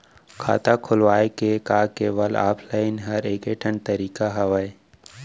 खाता खोलवाय के का केवल ऑफलाइन हर ऐकेठन तरीका हवय?